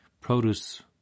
produce